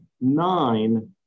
nine